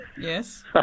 Yes